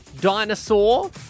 Dinosaur